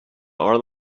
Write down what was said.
are